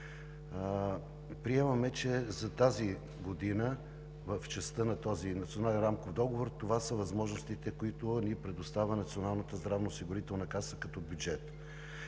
Приемаме, че за тази година в частта на Националния рамков договор това са възможностите, които ни предоставя Националната здравноосигурителна каса като бюджет.